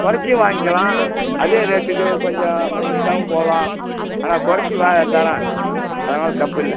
கொறைச்சியும் வாங்கிக்கலாம் அதே ரோட்டுக்கு கொஞ்சம் எக்ஸ்ட்ராவும் போகலாம் ஆனால் கொறைச்சி வாங்க தரேன் அதனால் தப்பில்லை